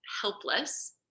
helpless